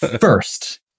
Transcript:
first